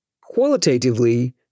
qualitatively